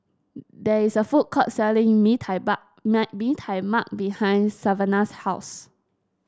there is a food court selling mee tai Mee Tai Mak behind Savanah's house